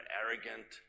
arrogant